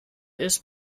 ist